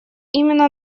именно